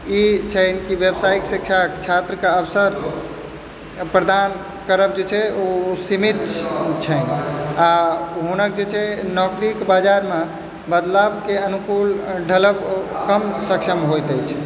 ई छै कि व्यावसायिक शिक्षाके छात्रके अवसर प्रदान करब जे छै ओ सीमित छन्हि आओर हुनक जे छै नौकरीके बाजारमे बदलावके अनुकूल ढ़लब कम सक्षम होइत अछि